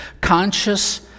conscious